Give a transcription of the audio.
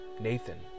Nathan